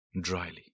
Dryly